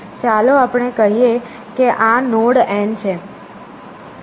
ચાલો આપણે કહીએ કે આ નોડ N છે